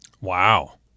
Wow